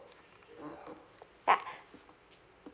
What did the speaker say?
ya